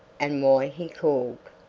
and why he called.